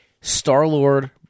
Star-Lord